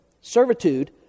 servitude